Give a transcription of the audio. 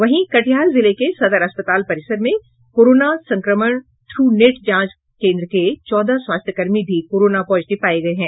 वहीं कटिहार जिले के सदर अस्पताल परिसर में कोरोना संक्रमण ट्रूनेट जांच केंद्र के चौदह स्वास्थ्य कर्मी भी कोरोना पॉजिटिव हो गए हैं